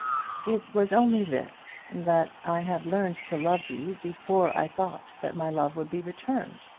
it was only this, that i had learned to love you before i thought that my love would be returned.